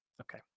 Okay